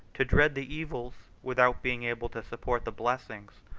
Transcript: to dread the evils, without being able to support the blessings,